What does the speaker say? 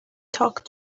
talk